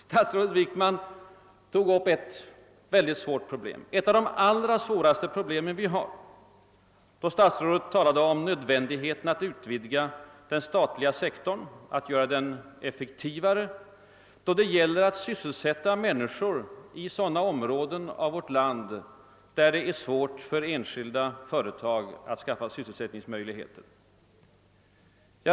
Statsrådet Wickman tog till sist upp en mycket svår fråga, en av de allra svåraste vi har, då han talade om nödvändigheten att utvidga den statliga sektorn, att göra den effektivare för att sysselsätta människor i sådana områden i vårt land, där det är svårt för enskilda företag att skaffa arbetsmöjligheter.